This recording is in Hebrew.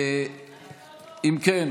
אם כך, זה יעבור לוועדת הכספים.